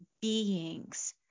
Beings